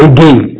Again